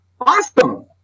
awesome